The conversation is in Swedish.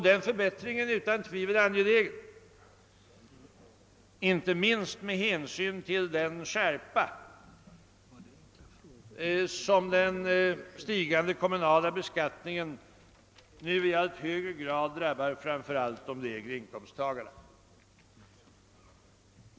Den förbättringen är utan tvivel angelägen, inte minst med hänsyn till den skärpa med vilken den stigande kommunala beskattningen nu i allt högre grad drabbar framför allt de lägre inkomsttagarna.